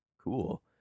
Cool